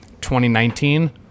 2019